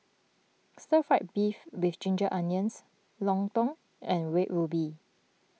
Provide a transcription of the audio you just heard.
Stir Fried Beef with Ginger Onions Lontong and Red Ruby